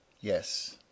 Yes